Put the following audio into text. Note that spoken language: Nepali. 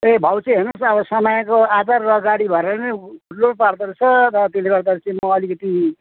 ए भाउ चाहिँ हेर्नुहोस् न अब समयको आधार र गाडी भाडाले नै लोड पार्दरैछ र त्यसले गर्दा चाहिँ म अलिकति